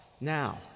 now